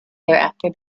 thereafter